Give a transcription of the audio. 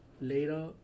Later